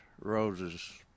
roses